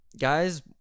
guys